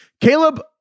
Caleb